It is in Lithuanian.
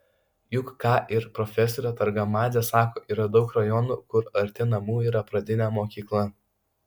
juk ką ir profesorė targamadzė sako yra daug rajonų kur arti namų yra pradinė mokykla